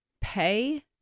pay